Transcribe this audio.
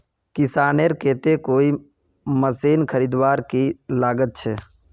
किसानेर केते कोई मशीन खरीदवार की लागत छे?